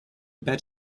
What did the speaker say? bet